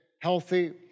healthy